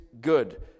good